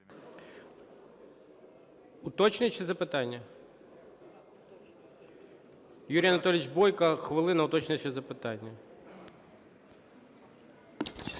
Уточнююче запитання? Юрій Анатолійович Бойко, хвилина, уточнююче запитання.